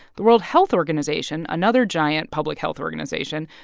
the world health organization, another giant public health organization,